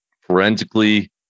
Forensically